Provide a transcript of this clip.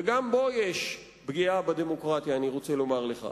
גם בו יש פגיעה בדמוקרטיה, אני רוצה לומר לך.